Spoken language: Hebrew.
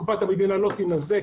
קופת המדינה לא תינזק,